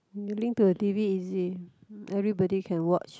link to the T_V easy everybody can watch